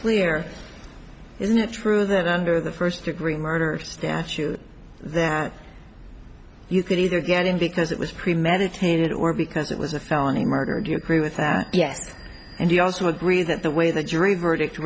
clear isn't it true that under the first degree murder statute there you could either get in because it was premeditated or because it was a felony murder and you agree with that yes and you also agree that the way the jury verdict